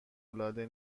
العاده